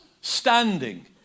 standing